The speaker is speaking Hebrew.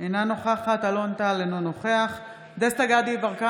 אינו נוכחת אלון טל, אינו נוכח גדי דסטה יברקן,